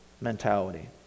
mentality